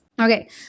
Okay